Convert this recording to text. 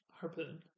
Harpoon